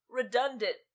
redundant